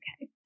okay